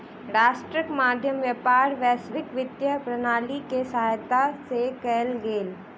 राष्ट्रक मध्य व्यापार वैश्विक वित्तीय प्रणाली के सहायता से कयल गेल